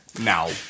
Now